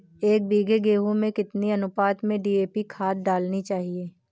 एक बीघे गेहूँ में कितनी अनुपात में डी.ए.पी खाद डालनी चाहिए?